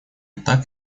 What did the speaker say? так